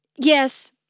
Yes